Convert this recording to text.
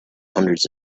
hundreds